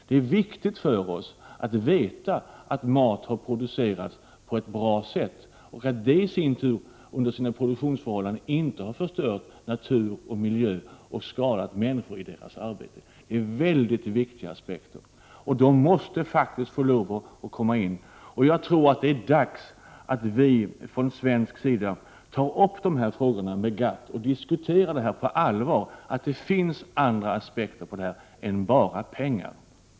Det är viktigt för oss att veta att maten har producerats på ett bra sätt och att produktionsmetoderna inte har förstört natur och miljö och skadat människor. Det är mycket viktiga aspekter, och de måste få lov att komma in i debatten. Jag tror att det är dags att vi från svensk sida tar upp dessa frågor med GATT. Vi skall diskutera detta på allvar och tala om att det finns andra aspekter på detta än bara pengar.